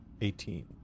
Eighteen